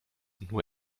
nur